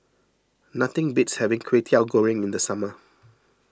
nothing beats having Kwetiau Goreng in the summer